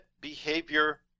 behavior